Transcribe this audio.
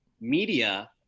Media